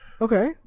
Okay